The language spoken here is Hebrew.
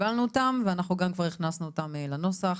קיבלנו אותם ואנחנו גם כבר הכנסנו אותם לנוסח